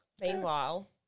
Meanwhile